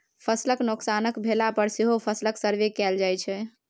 फसलक नोकसान भेला पर सेहो फसलक सर्वे कएल जाइ छै